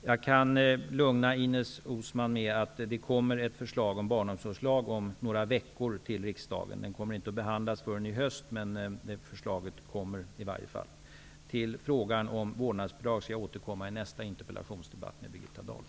Jag kan lugna Ines Uusmann med att ett förslag till barnomsorgslag om några veckor kommer till riksdagen. Det kommer inte att behandlas förrän i höst, men förslaget kommer i alla fall. Till frågan om vårdnadsbidrag skall jag återkomma i nästa interpellationsdebatt med Birgitta Dahl.